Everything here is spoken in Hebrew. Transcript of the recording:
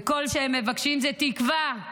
וכל שהם מבקשים זה תקווה,